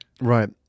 right